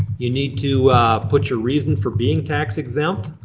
you need to put your reason for being tax exempt.